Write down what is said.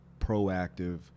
proactive